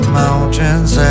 mountains